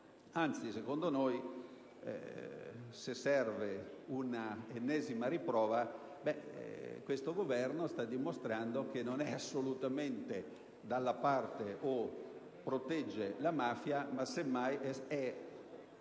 secondo noi, se serve un'ennesima riprova, questo Governo sta dimostrando che non è assolutamente dalla parte della mafia, che non